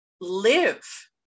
live